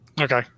okay